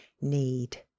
need